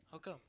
how come